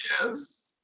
Yes